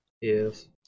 Yes